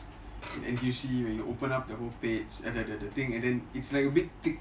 NTUC when you open up the whole page the the the the thing and then it's like a bit